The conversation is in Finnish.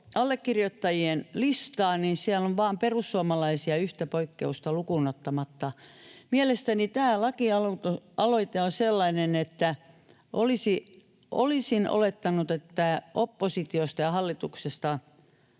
allekirjoittajien listaa, että siellä on vaan perussuomalaisia yhtä poikkeusta lukuun ottamatta. Mielestäni tämä lakialoite on sellainen, että olisin olettanut, että oppositiosta ja hallituksesta